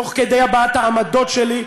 תוך כדי הבעת העמדות שלי,